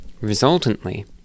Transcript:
Resultantly